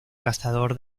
cazador